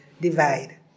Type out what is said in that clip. divide